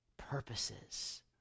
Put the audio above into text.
purposes